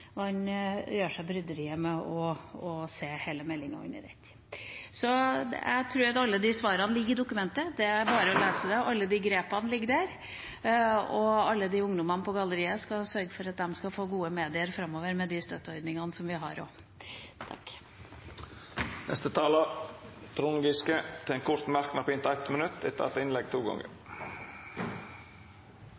seg bryderiet med å se hele meldinga under ett. Så jeg tror alle svarene og grepene ligger i dokumentet; det er bare å lese det. Vi skal også sørge for at alle ungdommene på galleriet skal få gode medier framover med de støtteordningene vi har. Representanten Trond Giske har hatt ordet to gonger tidlegare og får ordet til ein kort merknad, avgrensa til 1 minutt.